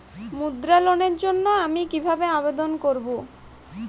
মুদ্রা লোনের জন্য আমি কিভাবে আবেদন করবো?